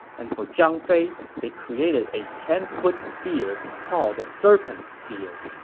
and for zhang fei they created a ten foot spear called the serpent spear.